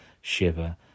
Shiver